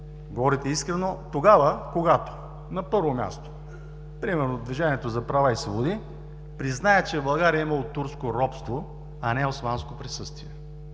говорите искрено, тогава, когато, на първо място, примерно: „Движението за права и свободи“ признае, че в България е имало турско робство, а не османско присъствие,